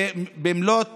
ולכן במלאות